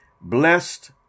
blessed